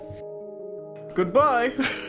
Goodbye